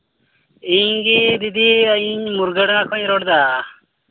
ᱤᱧ ᱜᱮ ᱫᱤᱫᱤ ᱤᱧ ᱢᱩᱨᱜᱟᱹᱰᱟᱸᱜᱟ ᱠᱷᱚᱱᱤᱧ ᱨᱚᱲᱫᱟ